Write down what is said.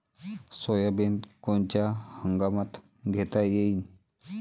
Soybean कोनच्या हंगामात घेता येईन?